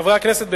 חברי הכנסת,